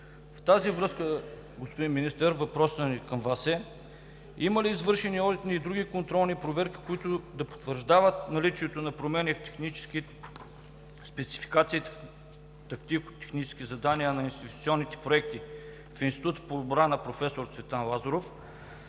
В тази връзка, господин Министър, въпросът ни към Вас е: има ли извършени одитни и други контролни проверки, които да потвърждават наличието на промени в спецификацията, тактико-технико техническите задания на инвестиционните проекти в Института по отбрана „Професор Цветан Лазаров“,